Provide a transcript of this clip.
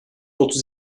otuz